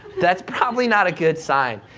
that's probably not a good sign.